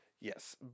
Yes